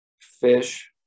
Fish